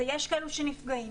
ויש כאלה שנפגעים,